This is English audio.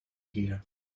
here